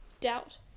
Doubt